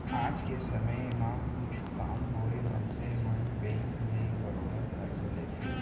आज के समे म कुछु काम होवय मनसे मन बेंक ले बरोबर करजा लेथें